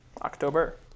october